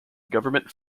government